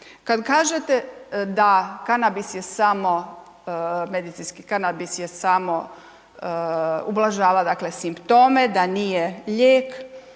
je samo, medicinski kanabis je samo ublažava, dakle, simptome, da nije lijek,